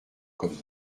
commun